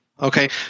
Okay